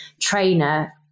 trainer